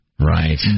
Right